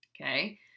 Okay